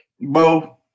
Bo